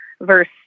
verse